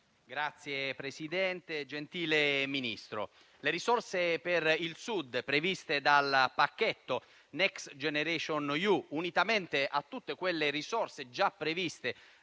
*(FIBP-UDC)*. Gentile Ministro, le risorse per il Sud previste dal pacchetto Next generation EU, unitamente a tutte quelle risorse già previste